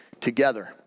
together